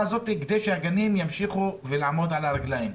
הזאת כדי שהגנים ימשיכו לעמוד על הרגליים.